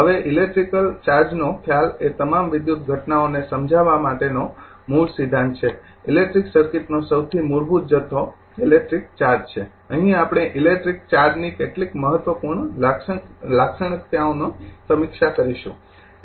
હવે ઇલેક્ટ્રિક ચાર્જનો ખ્યાલ એ તમામ ઇલેક્ટ્રિકલ ઘટનાઓને સમજાવવા માટેનો મૂળ સિદ્ધાંત છે ઇલેક્ટ્રિક સર્કિટનો સૌથી મૂળભૂત જથ્થો ઇલેક્ટ્રિક ચાર્જ છે અહીં આપણે ઇલેક્ટ્રિક ચાર્જની કેટલીક મહત્વપૂર્ણ લાક્ષણિકતાઓની સમીક્ષા કરીશું